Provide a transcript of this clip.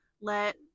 let